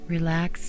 Relax